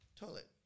toilet